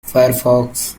firefox